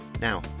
Now